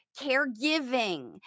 caregiving